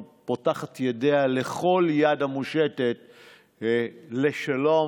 ופותחת ידיה לכל יד המושטת לשלום,